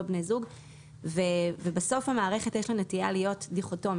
לא בני זוג - ובסוף למערכת יש נטייה להיות דיכוטומית.